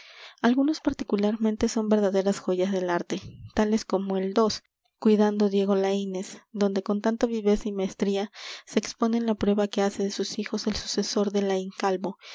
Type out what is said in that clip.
algunos particularmente son verdaderas joyas del arte tales como el dos cuidando diego laínez donde con tanta viveza y maestría se expone la prueba que hace de sus hijos el sucesor de laín calvo